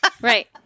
Right